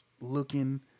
looking